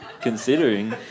considering